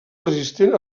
resistent